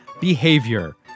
behavior